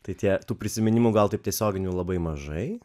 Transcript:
tai tie tų prisiminimų gal taip tiesioginių labai mažai